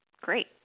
great